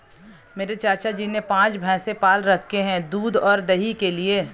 मेरे चाचा जी ने पांच भैंसे पाल रखे हैं दूध और दही के लिए